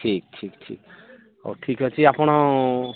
ଠିକ୍ ଠିକ୍ ଠିକ୍ ହଉ ଠିକ୍ ଅଛି ଆପଣ